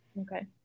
Okay